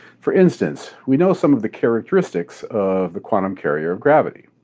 for instance, we know some of the characteristics of the quantum carrier of gravity.